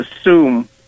assume